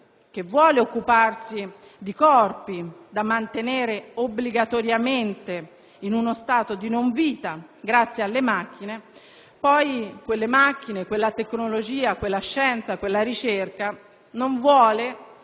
che vuole occuparsi di corpi da mantenere obbligatoriamente in uno stato di non vita grazie alle macchine, non vuole che quelle stesse macchine, quella tecnologia, quella scienza, quella ricerca siano